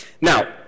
Now